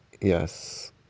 yes